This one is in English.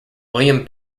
william